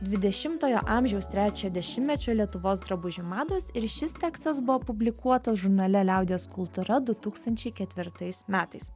dvidešimtojo amžiaus trečiojo dešimtmečio lietuvos drabužių mados ir šis tekstas buvo publikuotas žurnale liaudies kultūra du tūkstančiai ketvirtais metais